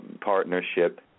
partnership